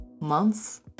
months